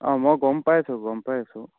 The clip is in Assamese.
অঁ মই গ'ম পাই আছো গ'ম পাই আছো